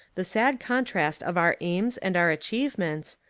the sad contrast of our alms and our achievements,